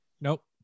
Nope